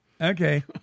Okay